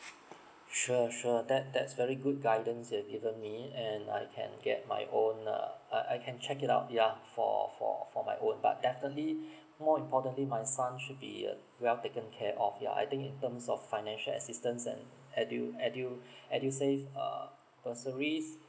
sure sure that that's very good guidance you've given me and I can get my own err err I can check it out yeah for for for my own but definitely more importantly my son should be uh well taken care of yeah I think in terms of financial assistance and edu edu edusave err bursaries